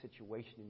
situation